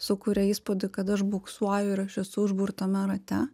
sukuria įspūdį kad aš buksuoju ir aš esu užburtame rate